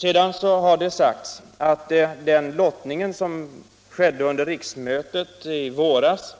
Sedan har det sagts att den lottning som skedde vid riksmötet i våras